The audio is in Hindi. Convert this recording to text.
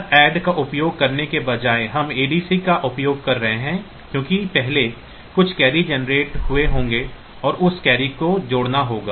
यहां ऐड का उपयोग करने के बजाय हम ADC का उपयोग कर रहे हैं क्योंकि पहले कुछ कैरी जनरेट हुए होंगे और उस कैरी को जोड़ना होगा